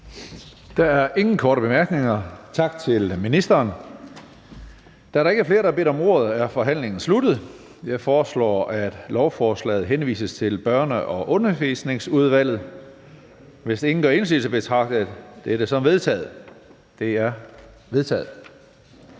Der er ingen korte bemærkninger. Tak til ministeren. Da der ikke er flere, der har bedt om ordet, er forhandlingen sluttet. Jeg foreslår, at lovforslaget henvises til Børne- og Undervisningsudvalget. Hvis ingen gør indsigelse, betragter jeg dette som vedtaget. Det er vedtaget.